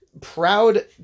proud